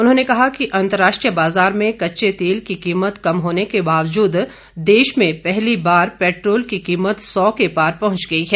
उन्होंने कहा कि अंतर्राष्ट्रीय बाजार में कच्चे तेल की कीमत कम होने के बावजूद देश में पहली बार पेट्रोल की कीमत सौ के पार पहुंच गई है